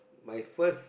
my first